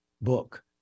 book